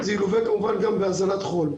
זה יגובה כמובן גם בהזנת חול.